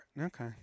Okay